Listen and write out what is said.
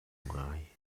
ngai